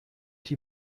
die